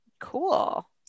Cool